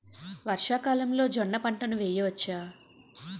వర్షాకాలంలో జోన్న పంటను వేయవచ్చా?